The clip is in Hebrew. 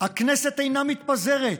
הכנסת אינה מתפזרת,